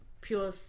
pure